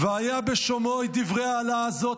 "והיה בשמעו את דברי האלה הזאת",